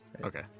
Okay